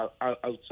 outside